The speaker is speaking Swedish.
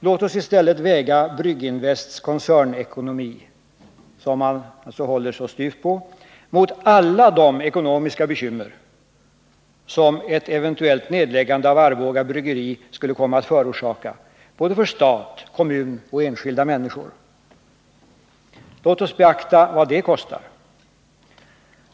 Låt oss i stället väga Brygginvests koncernekonomi, som man håller så styvt på, mot alla de ekonomiska bekymmer som ett eventuellt nedläggande av Arboga bryggeri skulle komma att förorsaka både stat, kommun och enskilda människor. Låt oss beakta vad det kostar.